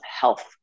health